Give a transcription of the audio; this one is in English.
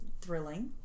thrilling